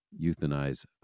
euthanize